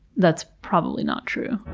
that's probably not true.